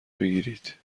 بگیرید